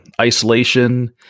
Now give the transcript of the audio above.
isolation